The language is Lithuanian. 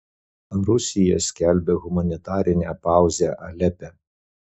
rusija skelbia humanitarinę pauzę alepe